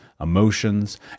emotions